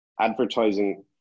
advertising